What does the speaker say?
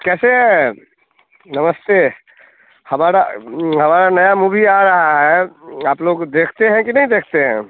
कैसे हैं नमस्ते हमारा हमारा नया मूवी आ रहा है आप लोग देखते हैं कि नहीं देखते हैं